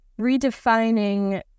redefining